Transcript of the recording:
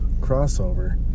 crossover